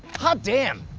hot damn.